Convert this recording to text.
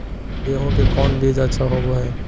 गेंहू के कौन बीज अच्छा होबो हाय?